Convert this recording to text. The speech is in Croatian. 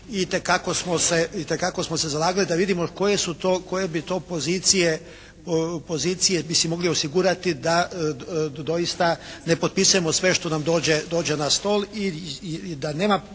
i itekako smo se zalagali da vidimo koje su to, koje bi to pozicije bi si mogli osigurati da doista ne potpisujemo sve što nam dođe na stol i da nema